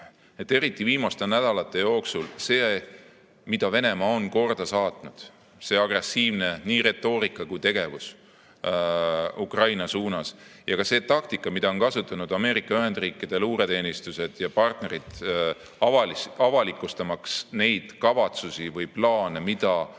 eriti viimaste nädalate jooksul Venemaa on korda saatnud, see agressiivne retoorika ja ka tegevus Ukraina suunas, ning ka see taktika, mida on kasutanud Ameerika Ühendriikide luureteenistused ja partnerid, avalikustamaks neid kavatsusi või plaane, mida